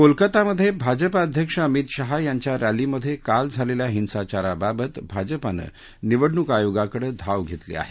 कोलकातामधे भाजपा अध्यक्ष अमित शहा यांच्या रॅलीमधे काल झालेल्या हिंसाचारा बाबत भाजपानं निवडणूक आयोगाकडे धाव घेतली आहे